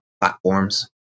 platforms